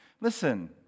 Listen